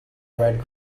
red